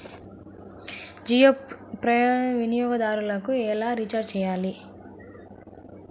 జియో వినియోగదారులు ఎలా రీఛార్జ్ చేయాలి?